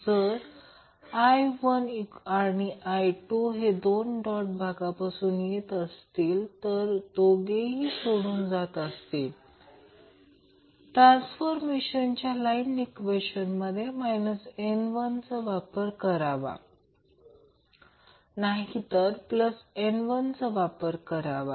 जर I1 आणि I2 हे दोन्ही डॉट भागापासून आत येत असतील किंवा दोघेही सोडून जात असतील तर ट्रांसफार्मरच्या करंट ईक्वेशनमध्ये n चा वापर करावा नाहीतर n चा वापर करावा